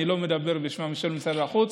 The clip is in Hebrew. אני לא מדבר בשם של משרד החוץ.